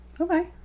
Okay